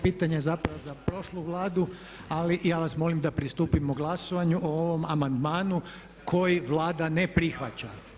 Pitanje je zapravo za prošlu Vladu, ali ja vas molim da pristupimo glasovanju o ovom amandmanu koji Vlada ne prihvaća.